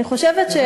אני חושבת שיש כאן,